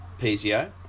PZO